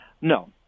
No